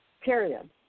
period